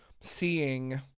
seeing